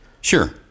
Sure